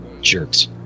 jerks